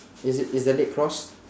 is it is the leg crossed